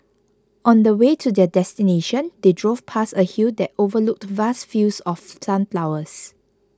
on the way to their destination they drove past a hill that overlooked vast fields of sunflowers